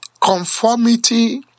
Conformity